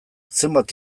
zenbat